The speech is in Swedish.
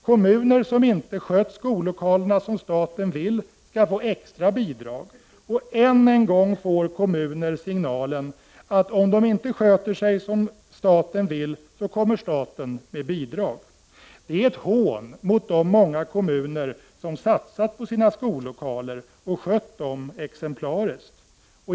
Kommuner som inte har skött skollokaler på det sätt som staten vill skall få extra bidrag. Och än en gång får kommunerna signalen, att om de inte sköter sig som staten vill, kommer staten med bidrag. Det är ett hån mot de många kommuner som har satsat på sina skollokaler och skött dem exemplariskt.